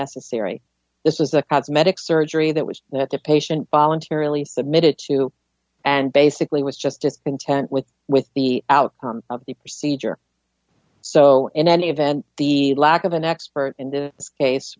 necessary this is a cosmetic surgery that was that the patient voluntarily submit it to and basically was just as intent with with the outcome of the procedure so in any event the lack of an expert in this case